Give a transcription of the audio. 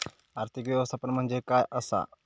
आर्थिक व्यवस्थापन म्हणजे काय असा?